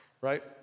right